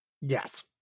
Yes